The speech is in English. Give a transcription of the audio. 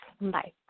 Bye